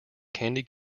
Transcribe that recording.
candy